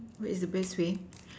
what is the best way